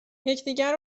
یکدیگر